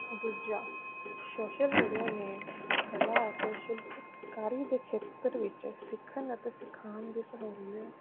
ਦੂਜਾ social media ਨੇ ਕਲਾ ਅਤੇ ਸ਼ਿਲਪਕਾਰੀ ਦੇ ਖੇਤਰ ਵਿੱਚ ਸਿੱਖਣ ਅਤੇ ਸਿਖਾਉਣ ਦੀ ਸਹੂਲੀਅਤ